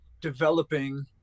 developing